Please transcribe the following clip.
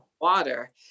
water